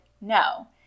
no